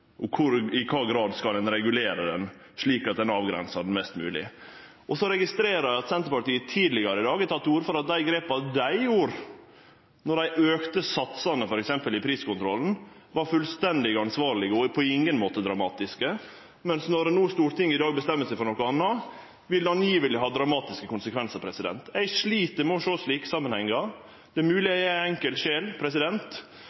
og i kva grad ein skal regulere han, slik at ein avgrensar han mest mogleg. Eg registrerer også at Senterpartiet tidlegare i dag har teke til orde for at dei grepa dei gjorde då dei f.eks. auka satsane i priskontrollen, var fullstendig ansvarlege og på ingen måte dramatiske, mens når no Stortinget i dag bestemmer seg for noko anna, vert det påstått å ha dramatiske konsekvensar. Eg slit med å sjå slike samanhengar. Det er